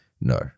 No